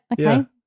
Okay